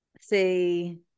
see